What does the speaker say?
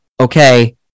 okay